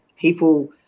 people